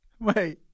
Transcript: Wait